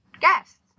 guests